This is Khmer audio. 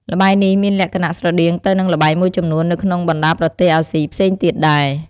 ល្បែងនេះមានលក្ខណៈស្រដៀងទៅនឹងល្បែងមួយចំនួននៅក្នុងបណ្ដាប្រទេសអាស៊ីផ្សេងទៀតដែរ។